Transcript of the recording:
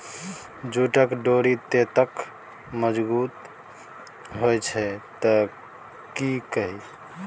जूटक डोरि ततेक मजगुत होए छै जे की कही